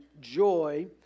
joy